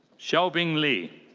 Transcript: xiaobing li.